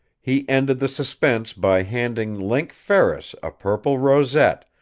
he ended the suspense by handing link ferris a purple rosette,